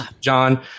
John